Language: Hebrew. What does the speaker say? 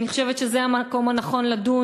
אני חושבת שזה המקום הנכון לדון.